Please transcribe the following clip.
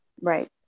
Right